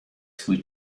swój